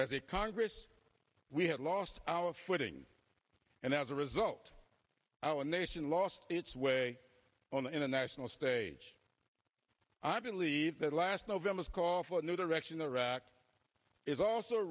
a congress we had lost our footing and as a result our nation lost its way on the international stage i believe that last november's call for a new direction the rock is also